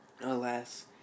alas